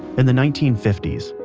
and the nineteen fifty s,